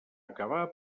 acabar